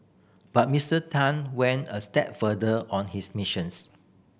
but Mister Tan went a step further on his missions